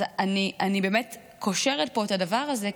אז אני קושרת פה את הדבר הזה,